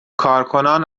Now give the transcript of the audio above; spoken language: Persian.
کارکنان